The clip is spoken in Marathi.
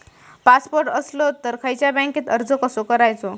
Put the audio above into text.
पासपोर्ट असलो तर खयच्या बँकेत अर्ज कसो करायचो?